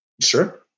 Sure